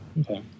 Okay